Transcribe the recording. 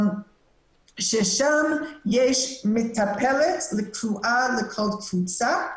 ששם יש מטפלת לכל קבוצה,